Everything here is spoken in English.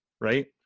right